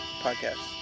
podcast